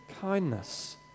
kindness